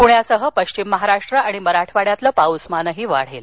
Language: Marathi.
पुण्यासह पश्चिम महाराष्ट्र आणि मराठवाड्यातलं पाऊसमानही वाढेल